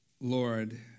Lord